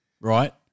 right